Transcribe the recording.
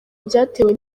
byatewe